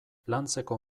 lantzeko